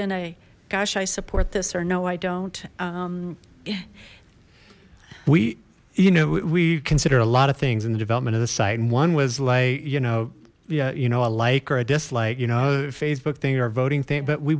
in a gosh i support this or no i don't we you know we consider a lot of things in the development of the site was like you know yeah you know a like or a dislike you know facebook thing or voting thing but we